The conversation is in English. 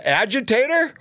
agitator